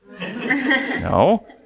No